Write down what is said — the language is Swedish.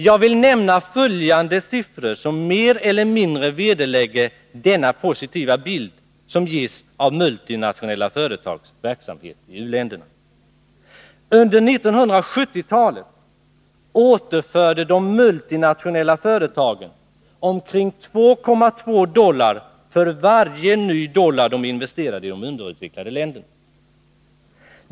Jag vill nämna följande siffror som mer eller mindre vederlägger den positiva bild som ges av multinationella företags verksamhet i u-länderna: Under 1970-talet återförde de multinationella företagen omkring 2,2 dollar för varje ny dollar de investerade i de underutvecklade länderna.